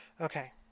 okay